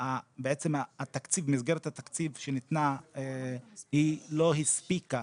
מסגרת התקציב שניתנה לא הספיקה,